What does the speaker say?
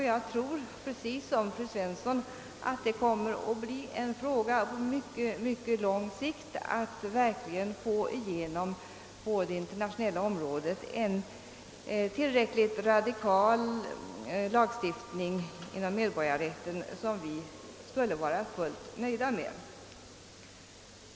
Jag tror precis som fru Svensson att det är en fråga på mycket lång sikt att på det internationella området få igenom en tillräckligt radikal lagstiftning inom medborgarrätten som vi skulle vara helt nöjda med.